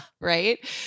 right